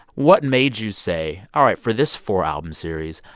what made you say, all right, for this four-album series,